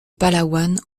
palawan